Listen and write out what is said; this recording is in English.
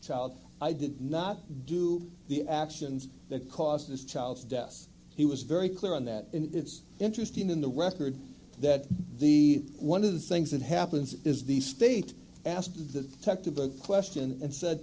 child i did not do the actions that caused this child's death he was very clear on that and it's interesting in the record that the one of the things that happens is the state asked the tech to the question and said